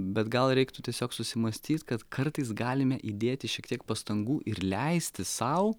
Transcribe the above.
bet gal reiktų tiesiog susimąstyt kad kartais galime įdėti šiek tiek pastangų ir leisti sau